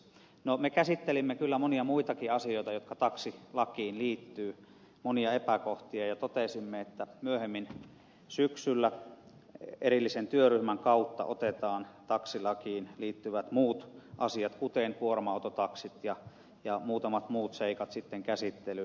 no me käsittelimme kyllä monia muitakin asioita jotka taksilakiin liittyvät monia epäkohtia ja totesimme että myöhemmin syksyllä erillisen työryhmän kautta otetaan taksilakiin liittyvät muut asiat kuten kuorma autotaksit ja muutamat muut seikat sitten käsittelyyn